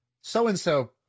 so-and-so